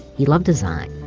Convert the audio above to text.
he loved design,